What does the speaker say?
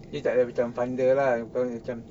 dia tak payah become funder ah because macam